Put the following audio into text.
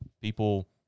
people